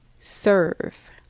Serve